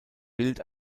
bild